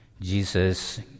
Jesus